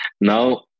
Now